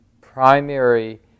primary